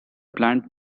plant